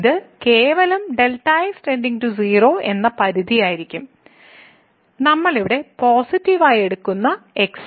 ഇത് കേവലം Δ x 0 എന്ന പരിധിയായിരിക്കും നമ്മൾ ഇവിടെ പോസിറ്റീവ് ആയി എടുക്കുന്ന x